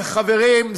חברים,